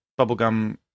bubblegum